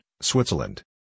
Switzerland